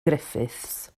griffiths